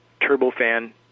turbofan